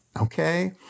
Okay